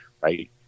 Right